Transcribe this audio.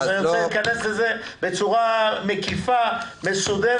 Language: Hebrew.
אני רוצה להיכנס לזה בצורה מקיפה ומסודרת,